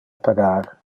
pagar